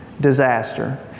disaster